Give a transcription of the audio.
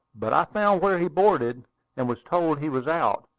but i found where he boarded and was told he was out,